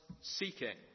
seeking